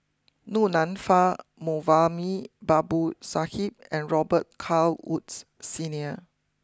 Du Nanfa Moulavi Babu Sahib and Robet Carr Woods Senior